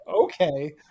okay